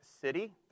city